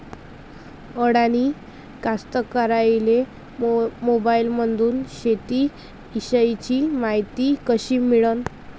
अडानी कास्तकाराइले मोबाईलमंदून शेती इषयीची मायती कशी मिळन?